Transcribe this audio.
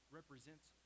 represents